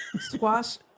squash